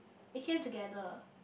it came together